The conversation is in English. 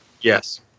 Yes